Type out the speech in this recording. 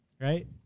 right